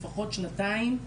לפחות שנתיים,